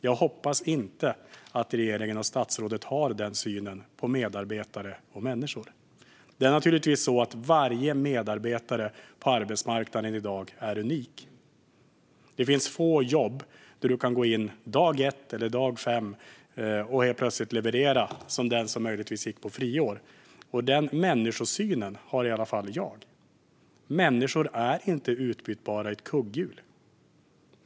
Jag hoppas att regeringen och statsrådet inte har den synen på medarbetare och människor. Det är naturligtvis så att varje medarbetare på arbetsmarknaden i dag är unik. Det finns få jobb där du kan gå in dag ett eller dag fem och helt plötsligt leverera som den som möjligtvis gått på friår. Den människosynen har i alla fall jag. Människor är inte utbytbara i ett kugghjul.